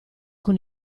con